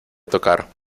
tocar